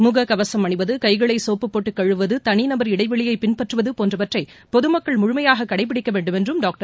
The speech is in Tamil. முகக்கவசம் அணிவது கைகளை சோப்பு போட்டு கழுவுவது தனிநபர் இடைவெளியை பின்பற்றுவது போன்றவற்றை பொதுமக்கள் முழுமையாக கடைப்பிடிக்க வேண்டும் என்றம் டாக்டர்